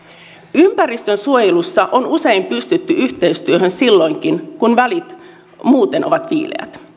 ympäristönsuojelussa on usein pystytty yhteistyöhön silloinkin kun välit muuten ovat viileät